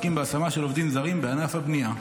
העוסקים בהשמה של עובדים זרים בענף הבנייה.